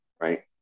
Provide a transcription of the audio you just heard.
right